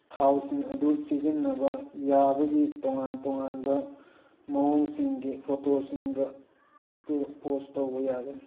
ꯊꯥꯎꯁꯤꯡ ꯑꯗꯨ ꯁꯤꯖꯤꯟꯅꯕ ꯌꯥꯕꯒꯤ ꯇꯣꯉꯥꯟ ꯇꯣꯉꯥꯟꯕ ꯃꯑꯣꯡꯁꯤꯡꯒꯤ ꯐꯣꯇꯣꯁꯤꯡꯒ ꯑꯗꯨ ꯄꯣꯁ ꯇꯧꯕ ꯌꯥꯒꯅꯤ